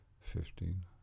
Fifteen